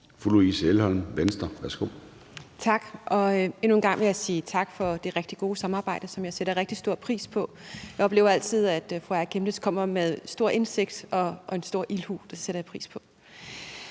Louise Elholm (V): Tak. Endnu en gang vil jeg sige tak for det rigtig gode samarbejde, som jeg sætter rigtig stor pris på. Jeg oplever altid, at fru Aaja Chemnitz kommer med stor indsigt og en stor ildhu, og det sætter jeg pris på.